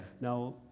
Now